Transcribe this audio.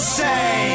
say